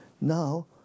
Now